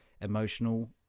emotional